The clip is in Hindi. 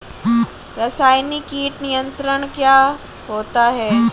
रसायनिक कीट नियंत्रण क्या होता है?